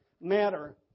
matter